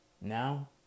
Now